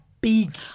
big